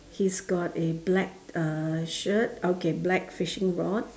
he's got a black uh shirt okay black fishing rod